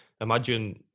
Imagine